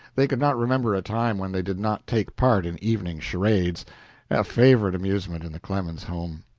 they could not remember a time when they did not take part in evening charades a favorite amusement in the clemens home.